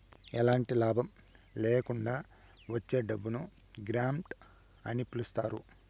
ఎలాంటి లాభం ల్యాకుండా ఇచ్చే డబ్బును గ్రాంట్ అని పిలుత్తారు